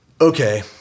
okay